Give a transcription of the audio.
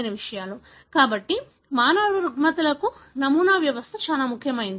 కాబట్టి మానవ రుగ్మతలకు నమూనా వ్యవస్థ చాలా ముఖ్యమైనది